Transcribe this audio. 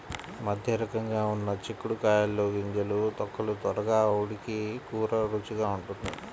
మధ్యరకంగా ఉన్న చిక్కుడు కాయల్లో గింజలు, తొక్కలు త్వరగా ఉడికి కూర రుచిగా ఉంటుంది